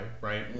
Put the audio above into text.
right